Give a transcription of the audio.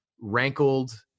rankled